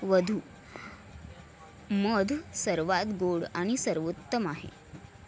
वधू मध सर्वात गोड आणि सर्वोत्तम आहे